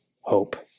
hope